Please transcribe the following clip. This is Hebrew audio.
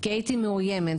כי הייתי מאויימת.